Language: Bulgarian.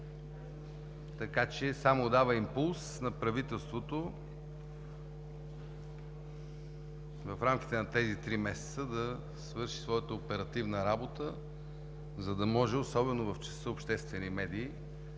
вчера, само дава импулс на правителството в рамките на тези три месеца да свърши своята оперативна работа, за да може, особено в частта „Обществени медии“,